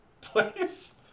place